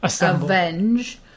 avenge